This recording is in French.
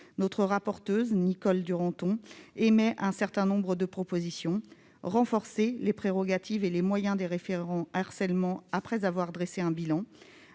Notre rapporteur, Nicole Duranton, formule un certain nombre de propositions : tout d'abord, renforcer les prérogatives et les moyens des référents harcèlement après avoir dressé un bilan ;